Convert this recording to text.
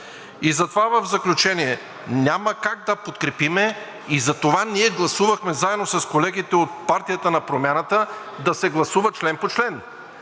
И в заключение, няма как да подкрепим и затова ние гласувахме заедно с колегите от партията на Промяната да се гласува член по член,